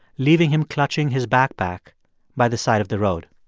leaving him clutching his backpack by the side of the road